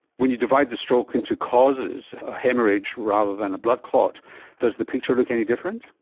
when you divide the stroke into causes haemorrhage rather than a blood clot does the picture look any different?